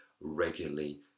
regularly